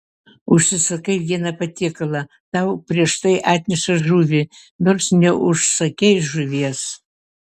užsisakai vieną patiekalą tau prieš tai atneša žuvį nors neužsakei žuvies